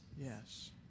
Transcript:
Yes